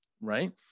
right